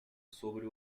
sobre